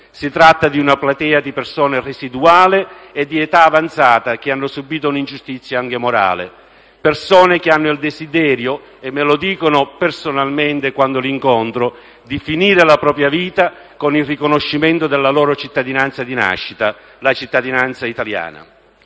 Si tratta di una platea residuale di persone e di età avanzata che hanno subito un'ingiustizia anche morale; persone che hanno il desiderio, come mi dicono personalmente quando li incontro, di finire la propria vita con il riconoscimento della loro cittadinanza di nascita: la cittadinanza italiana.